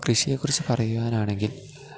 കൃഷിയെക്കുറിച്ച് പറയുവാനാണെങ്കിൽ